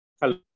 Hello